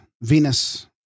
Venus